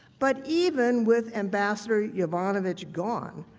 but even with ambassador yovanovitch gone,